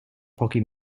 pochi